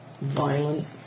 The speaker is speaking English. violent